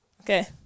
Okay